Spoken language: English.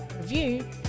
review